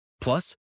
Plus